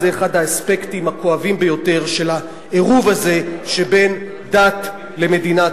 זה אחד האספקטים הכואבים ביותר של העירוב הזה שבין דת למדינה.